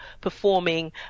performing